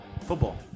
Football